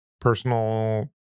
personal